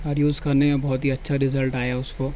اور یوز کرنے میں بہت ہی اچھا رزلٹ آیا اس کو